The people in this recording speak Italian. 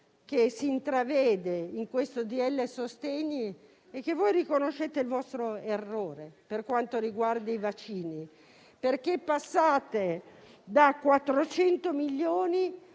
che si intravede in questo decreto-legge sostegni è che riconoscete il vostro errore per quanto riguarda i vaccini, perché passate da 400 milioni